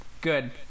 good